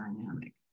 dynamic